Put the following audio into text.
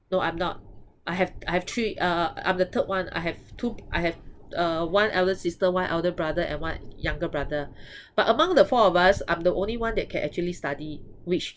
no I'm not I have I have three uh I'm the third one I have two I have uh one elder sister one elder brother and one younger brother but among the four of us I'm the only one that can actually study which